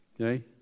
Okay